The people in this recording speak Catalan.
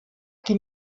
qui